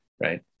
right